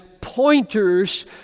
pointers